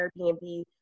Airbnb